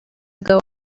ago